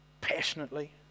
passionately